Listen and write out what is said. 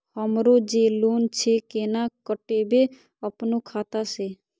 हमरो जे लोन छे केना कटेबे अपनो खाता से?